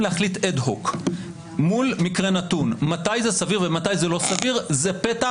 להחליט אד-הוק מול מקרה נתון מתי זה סביר ומתי זה לא סביר זה פתח